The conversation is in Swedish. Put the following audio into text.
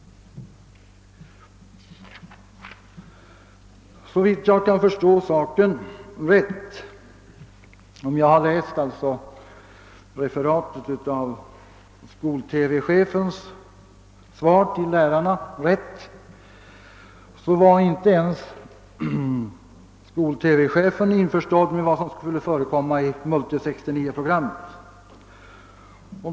Såvitt jag kan förstå — om jag alltså har läst referatet från skol-TV-chefens svar till lärarna rätt — var inte ens skol-TV-chefen införstådd med vad som skulle förekomma i Multi-69-programmet.